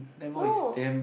no